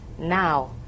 Now